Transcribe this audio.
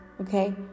okay